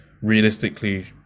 realistically